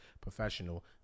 professional